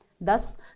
Thus